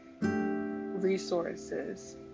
resources